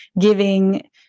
giving